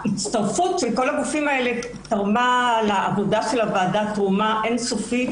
שההצטרפות של כל הגופים האלה תרמה לעבודה של הוועדה תרומה אין-סופית.